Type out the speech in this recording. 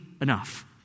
enough